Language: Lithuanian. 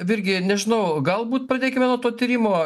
virgi nežinau galbūt pradėkime nuo to tyrimo